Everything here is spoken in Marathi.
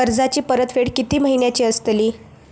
कर्जाची परतफेड कीती महिन्याची असतली?